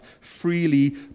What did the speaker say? freely